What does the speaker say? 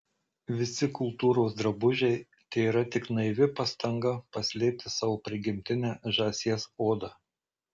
visi kultūros drabužiai tėra tik naivi pastanga paslėpti savo prigimtinę žąsies odą